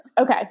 Okay